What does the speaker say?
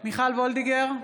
מיכל וולדיגר,